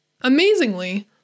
Amazingly